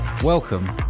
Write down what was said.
Welcome